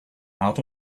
out